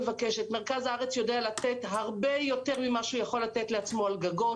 מרכז הארץ יודע לתת הרבה יותר ממה שהוא יכול לתת לעצמו על גגות,